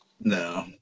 No